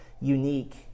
unique